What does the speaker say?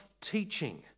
teaching